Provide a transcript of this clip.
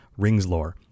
ringslore